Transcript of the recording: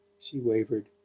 she wavered.